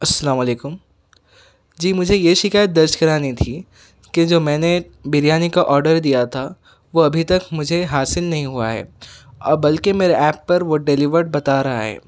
السلام علیکم جی مجھے یہ شکایت درج کرانی تھی کہ جو میں نے بریانی کا آڈر دیا تھا وہ ابھی تک مجھے حاصل نہیں ہوا ہے بلکہ میرے ایپ پر وہ ڈلیورڈ بتا رہا ہے